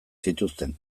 zituzten